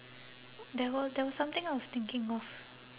there were there was something I was thinking of